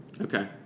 Okay